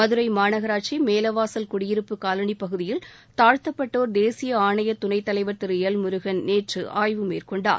மதுரை மாநகராட்சி மேலவாசல் குடியிருப்பு காலனி பகுதியில் தாழ்த்தப்பட்டோர் தேசிய ஆணைய துணைத் தலைவர் திரு எல் முருகன் நேற்று ஆய்வு மேற்கொண்டார்